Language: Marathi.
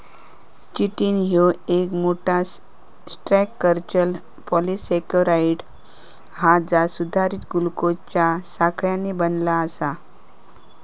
चिटिन ह्या एक मोठा, स्ट्रक्चरल पॉलिसेकेराइड हा जा सुधारित ग्लुकोजच्या साखळ्यांनी बनला आसा